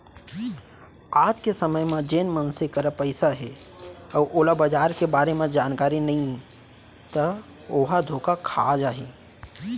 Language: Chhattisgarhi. आज के समे म जेन मनसे करा पइसा हे अउ ओला बजार के बारे म जानकारी नइ ता ओहा धोखा खा जाही